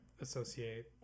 associate